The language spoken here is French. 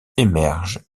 émergent